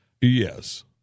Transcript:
Yes